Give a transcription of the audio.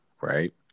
right